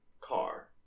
car